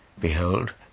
Behold